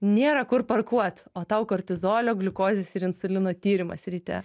nėra kur parkuot o tau kortizolio gliukozės ir insulino tyrimas ryte